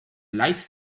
lights